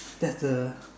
that's a